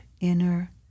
inner